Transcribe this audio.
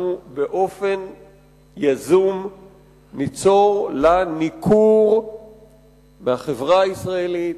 באופן יזום ניצור לה ניכור מהחברה הישראלית,